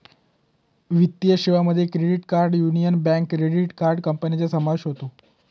वित्तीय सेवांमध्ये credit card Union Bank credit card कंपन्यांचा समावेश होतो